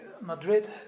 Madrid